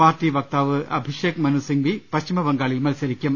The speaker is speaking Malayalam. പാർട്ടി വക്താവ് അഭിഷേക് മനു സിംഗ്വി പശ്ചിമബംഗാളിൽ മത്സരിക്കും